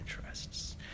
interests